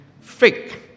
fake